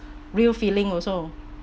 real feeling also